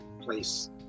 place